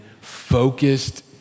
focused